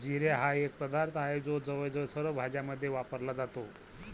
जिरे हा एक पदार्थ आहे जो जवळजवळ सर्व भाज्यांमध्ये वापरला जातो